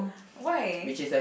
why